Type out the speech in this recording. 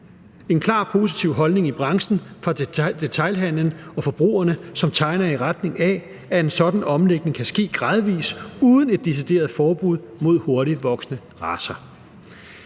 en klart positiv holdning i branchen, fra detailhandelen og forbrugerne, som tegner i retning af, at en sådan omlægning kan ske gradvis uden et decideret forbud mod hurtigtvoksende racer.